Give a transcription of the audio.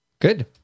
Good